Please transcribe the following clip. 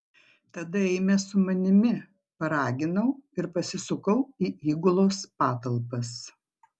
tada eime su manimi paraginau ir pasisukau į įgulos patalpas